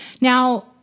Now